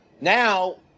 Now